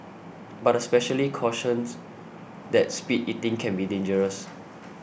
but a specialist cautions that speed eating can be dangerous